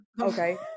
Okay